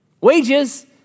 Wages